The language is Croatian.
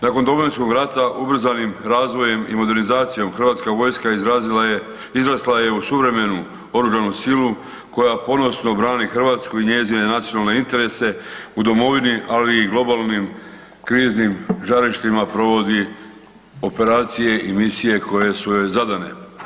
Nakon Domovinskog rata ubrzanim razvojem i modernizacijom hrvatska vojska izrasla je u suvremenu oružanu silu koja ponosno brani Hrvatsku i njezine nacionalne interese u domovini, ali i globalnim kriznim žarištima provodi operacije i misije koje su joj zadane.